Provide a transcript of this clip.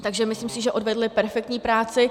Takže myslím si, že odvedli perfektní práci.